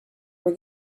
were